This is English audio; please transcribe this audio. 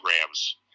programs